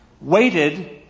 waited